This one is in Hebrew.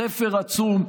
ספר עצום.